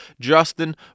Justin